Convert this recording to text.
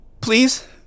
Please